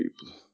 people